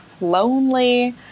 lonely